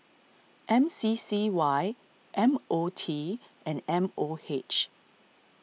M C C Y M O T and M O H